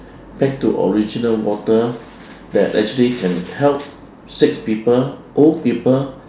back to original water that actually can help sick people old people